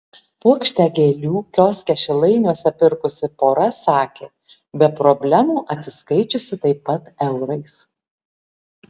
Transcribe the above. puokštę gėlių kioske šilainiuose pirkusi pora sakė be problemų atsiskaičiusi taip pat eurais